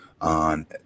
On